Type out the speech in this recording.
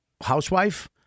housewife